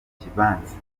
kibanza